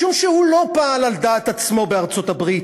משום שהוא לא פעל על דעת עצמו בארצות-הברית